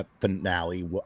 finale